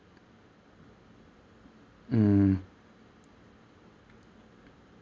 mm